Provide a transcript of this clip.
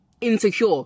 insecure